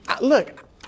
Look